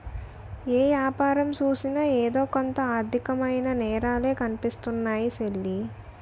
ఏ యాపారం సూసినా ఎదో కొంత ఆర్దికమైన నేరాలే కనిపిస్తున్నాయ్ సెల్లీ